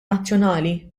nazzjonali